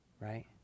right